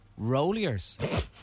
Rolliers